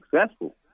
successful